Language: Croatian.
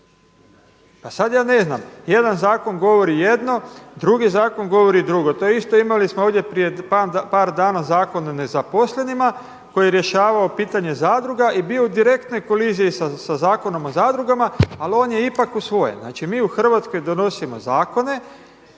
Pa sad ja ne znam, jedan zakon govori jedno, drugi zakon govori drugo. To isto imali smo prije par dana Zakon o nezaposlenima koji je rješavao pitanje zadruga i bio u direktnoj koliziji sa Zakonom o zadrugama ali on je ipak usvojen. Znači mi u Hrvatskoj donosimo zakone